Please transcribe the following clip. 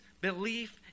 belief